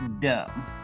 dumb